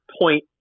point